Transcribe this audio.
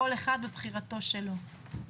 כל אחד בבחירתו שלו.